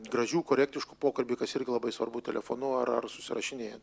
gražių korektiškų pokalbių kas irgi labai svarbu telefonu ar ar susirašinėjant